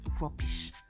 rubbish